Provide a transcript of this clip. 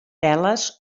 teles